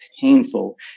painful